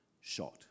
shot